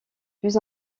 plus